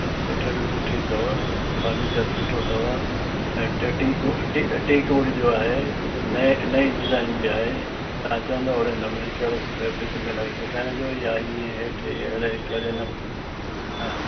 सुठे में सुठी अथव फर्नीचर सुठो अथव ऐं टे टीक टीक वुड जो आहे नए नई डिज़ाइन जा आहे तव्हां चवंदव ओहिड़े नमूने कहिड़ो खपेव भित में लॻे सुटाइण जो या का ईअं हेठ अहिड़े ई कहिड़े नमूने हा